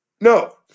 No